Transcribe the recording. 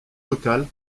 locale